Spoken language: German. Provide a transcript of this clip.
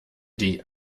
die